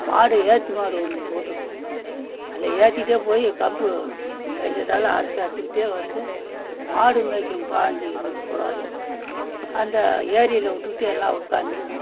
மாடு ஏற்றுமாடு ஒன்று போட்டுருப்போம் அதில் ஏற்றிட்டே போய் கம்பு மேஞ்சதால அறுத்தறுத்துக்கிட்டே வந்து மாடு மேய்க்கும் பாஞ்சி இருபது குளாரி அந்த ஏரியில் விட்டுட்டு எல்லாம் உட்காந்துருக்கும்